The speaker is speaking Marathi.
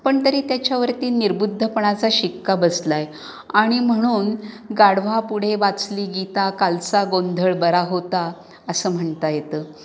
पण तरी त्याच्यावरती निर्बुद्धपणाचा शिक्का बसला आहे आणि म्हणून गाढवापुढे वाचली गीता कालचा गोंधळ बरा होता असं म्हणता येतं